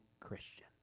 Christian